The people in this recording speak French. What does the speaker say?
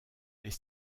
les